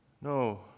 No